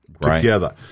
Together